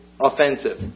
offensive